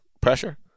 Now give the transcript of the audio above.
pressure